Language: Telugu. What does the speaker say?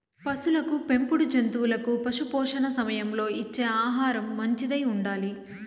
పసులకు పెంపుడు జంతువులకు పశుపోషణ సమయంలో ఇచ్చే ఆహారం మంచిదై ఉండాలి